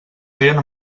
feien